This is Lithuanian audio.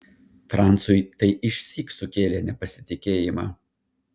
franciui tai išsyk sukėlė nepasitikėjimą